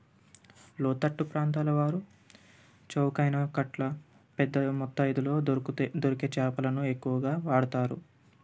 లోతట్టు ప్రాంతాల వారు చౌకైన కట్ల పెద్దవి మోతాదులో దొరి దొరికే చేపలను ఎక్కువగా వాడతారు